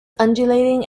undulating